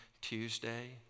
Tuesday